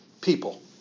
people